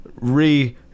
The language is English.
re